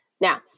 Now